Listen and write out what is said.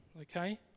Okay